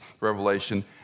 Revelation